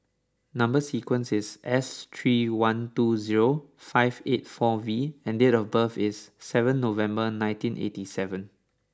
number sequence is S three one two zero five eight four V and date of birth is seven November nineteen eighty seven